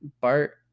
Bart